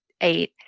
eight